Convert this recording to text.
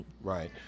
Right